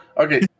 Okay